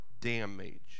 damage